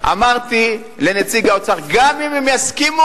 אמרתי לנציג האוצר: גם אם הם יסכימו,